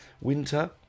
Winter